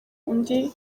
undi